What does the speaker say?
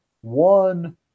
one